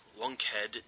Lunkhead